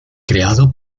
creado